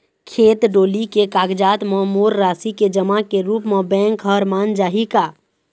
खेत डोली के कागजात म मोर राशि के जमा के रूप म बैंक हर मान जाही का?